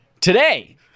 Today